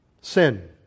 Sin